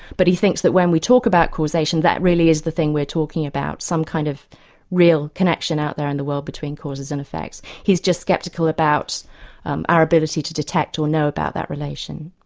but he thinks that when we talk about causation, that really is the thing we're talking about, some kind of real connection out there in the world between causes and effects. he's just sceptical about our ability to detect or know about that relation.